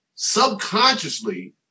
subconsciously